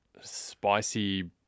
spicy